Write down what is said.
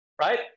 right